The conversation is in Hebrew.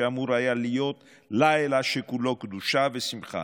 שאמור היה להיות לילה שכולו קדושה ושמחה.